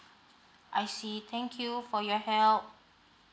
I see thank you for your help